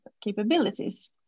capabilities